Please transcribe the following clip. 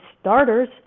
starters